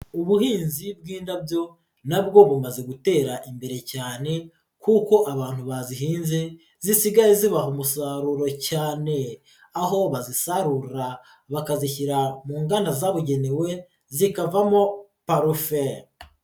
Ubuhinzi bw'indabyo nabwo bumaze gutera imbere cyane, kuko abantu bazihinze zisigaye zibaha umusaruro cyane, aho bazisarura bakazishyira mu nganda zabugenewe zikavamo parufe.